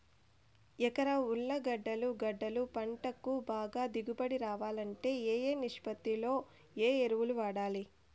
ఎకరా ఉర్లగడ్డలు గడ్డలు పంటకు బాగా దిగుబడి రావాలంటే ఏ ఏ నిష్పత్తిలో ఏ ఎరువులు వాడాలి?